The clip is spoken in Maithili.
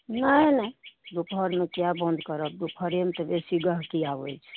नहि नहि दुपहरमे किएक बन्द करब दुपहरेमे तऽ बेसी गहकी आबै छै